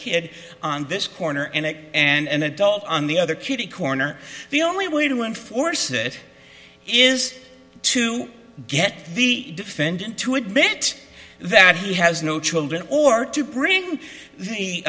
kid on this corner and it and adult on the other kitty corner the only way to enforce it is to get the defendant to admit that he has no children or to bring the